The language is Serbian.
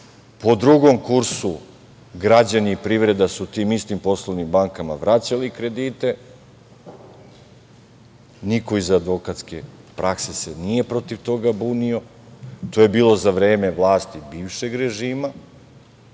po drugom kursu su građani i privreda tim istim poslovnim bankama vraćali kredite. Niko se iz advokatske prakse se nije protiv toga bunio. To je bilo za vreme vlasti bivšeg režima